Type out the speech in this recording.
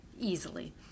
easily